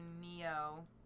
Neo